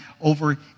over